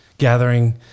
Gathering